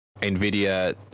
NVIDIA